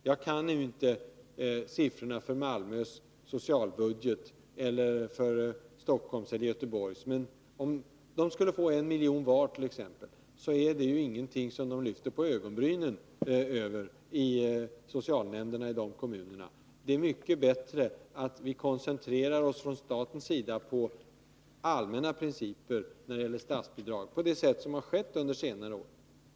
Jag känner inte till siffrorna för Malmös, Stockholms eller Göteborgs socialbudget, men om de kommunerna t.ex. skulle få 1 miljon var, så är det ingenting som gör att man i socialnämnderna där lyfter på ögonbrynen. Det är mycket bättre att vi från statens sida koncentrerar oss på allmänna principer när det gäller statsbidrag på det sätt som har skett under senare år.